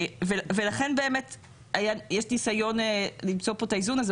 לכן יש ניסיון למצוא כאן את האיזון הזה.